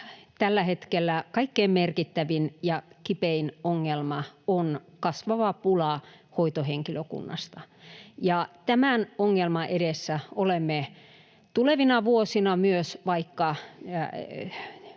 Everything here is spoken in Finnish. tällä hetkellä kaikkein merkittävin ja kipein ongelma on kasvava pula hoitohenkilökunnasta, ja tämän ongelman edessä olemme myös tulevina vuosina, vaikka